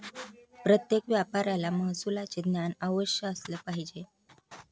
प्रत्येक व्यापाऱ्याला महसुलाचे ज्ञान अवश्य असले पाहिजे